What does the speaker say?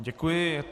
Děkuji.